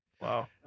Wow